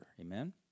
Amen